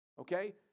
Okay